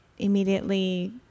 Immediately